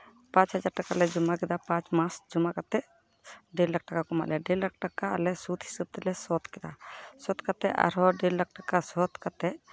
ᱯᱟᱸᱪ ᱦᱟᱡᱟᱨ ᱴᱟᱠᱟ ᱞᱮ ᱡᱚᱢᱟ ᱠᱮᱫᱟ ᱯᱟᱸᱪ ᱢᱟᱥ ᱡᱚᱢᱟ ᱠᱟᱛᱮᱫ ᱰᱮᱲ ᱞᱟᱠᱷ ᱴᱟᱠᱟ ᱠᱚ ᱮᱢᱟᱜ ᱞᱮᱭᱟ ᱰᱮᱲ ᱞᱟᱠᱷ ᱴᱟᱠᱟ ᱟᱞᱮ ᱥᱩᱫᱽ ᱦᱤᱥᱟᱹᱵᱽ ᱛᱮᱞᱮ ᱥᱳᱫᱽ ᱠᱮᱫᱟ ᱥᱳᱫᱽ ᱠᱟᱛᱮᱫ ᱟᱨᱦᱚᱸ ᱰᱮᱲ ᱞᱟᱠᱷ ᱴᱟᱠᱟ ᱥᱳᱫᱽ ᱠᱟᱛᱮᱫ